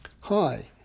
Hi